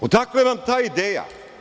Odakle vam ta ideja?